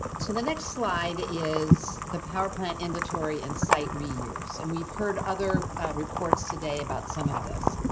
so, the next slide is the power plant, inventory and site reuse and we've heard other reports today about some of this.